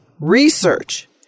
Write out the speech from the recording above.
Research